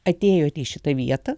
atėjot į šitą vietą